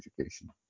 education